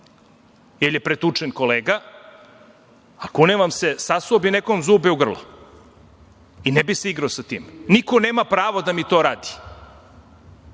jer je pretučen kolega, a kunem vam se, sasuo bih nekome zube u grlo i ne bih se igrao sa time. Niko nema pravo da mi to radi